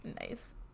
Nice